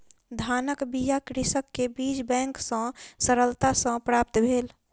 धानक बीया कृषक के बीज बैंक सॅ सरलता सॅ प्राप्त भेल